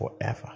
forever